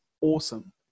awesome